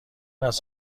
است